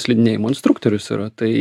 slidinėjimo instruktorius yra tai